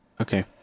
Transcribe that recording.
Okay